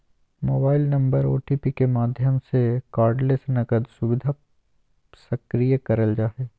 mobile number OTP के माध्यम से कार्डलेस नकद सुविधा सक्रिय करल जा हय